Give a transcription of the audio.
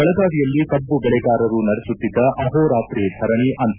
ಬೆಳಗಾವಿಯಲ್ಲಿ ಕಬ್ಬು ಬೆಳೆಗಾರರು ನಡೆಸುತ್ತಿದ್ದ ಅಹೋ ರಾತ್ರಿ ಧರಣಿ ಅಂತ್ಯ